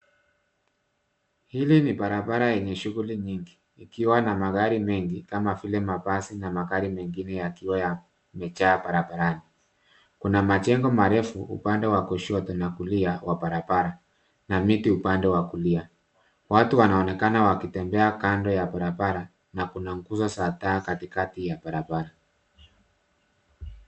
Hili ni barabara yenye shughuli nyingi ikiwa na magari mengi kama vile mabasi na magari mengine yakiwa yamejaa barabarani. Kuna majengo marefu upande wa kushoto na kulia wa barabara na miti upande wa kulia. Watu wanaonekana wakitembea kando ya barabara na kuna nguzo za taa katikati ya barabara.